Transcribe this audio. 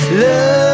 love